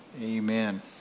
Amen